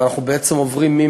ואנחנו בעצם עוברים,